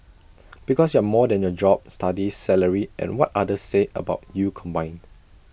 because you're more than your job studies salary and what others say about you combined